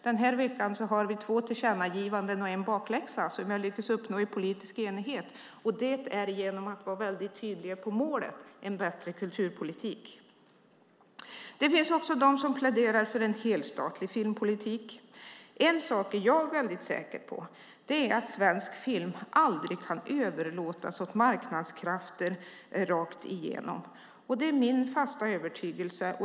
Den här veckan har vi två tillkännagivanden och en bakläxa som vi har lyckats uppnå i politisk enighet. Det har vi gjort genom att vara väldigt tydliga om målet en bättre kulturpolitik. Det finns också de som pläderar för en helstatlig filmpolitik. En sak är jag väldigt säker på. Svensk film kan aldrig överlåtas åt marknadskrafter rakt igenom. Det är min fasta övertygelse.